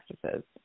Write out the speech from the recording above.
practices